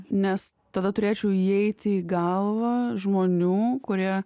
nes tada turėčiau įeiti į galvą žmonių kurie